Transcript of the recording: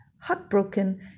Heartbroken